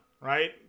right